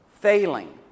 failing